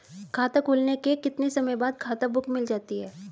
खाता खुलने के कितने समय बाद खाता बुक मिल जाती है?